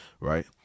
right